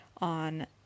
on